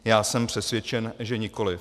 Já jsem přesvědčen, že nikoliv.